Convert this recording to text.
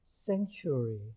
sanctuary